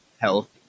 health